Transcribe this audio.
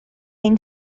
ein